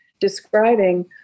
describing